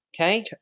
Okay